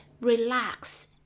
relax